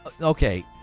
Okay